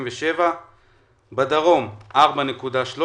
בדרום 4.13,